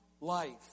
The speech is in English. life